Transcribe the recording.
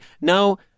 no